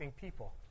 people